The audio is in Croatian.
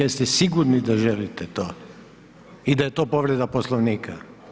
Jeste sigurni da želite to i da je to povreda Poslovnika?